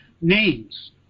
names